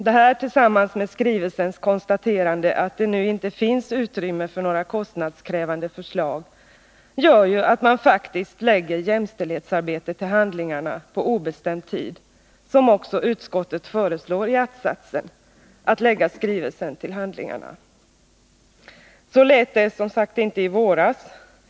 Detta tillsammans med skrivelsens konstaterande att det nu inte finns utrymme för några kostnadskrävande förslag gör ju att man faktiskt lägger jämställdhetsarbetet till handlingarna på obestämd tid — som också utskottet föreslår i den första att-satsen i sin hemställan. Så lät det inte i våras.